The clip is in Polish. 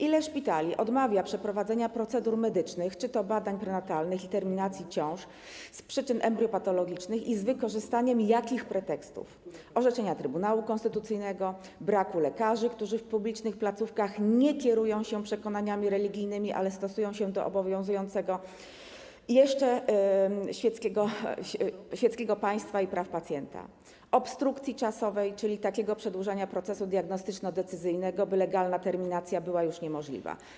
Ile szpitali odmawia przeprowadzenia procedur medycznych czy badań prenatalnych i terminacji ciąż z przyczyn embriopatologicznych i z wykorzystaniem jakich pretekstów: orzeczenia Trybunału Konstytucyjnego, braku lekarzy, którzy w publicznych placówkach nie kierują się przekonaniami religijnymi, ale stosują się do obowiązującego jeszcze świeckiego państwa i praw pacjenta, obstrukcji czasowej, czyli takiego przedłużania procesu diagnostyczno-decyzyjnego, by legalna terminacja była już niemożliwa?